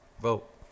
Vote